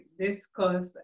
discuss